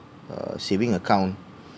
err saving account